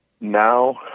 now